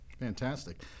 Fantastic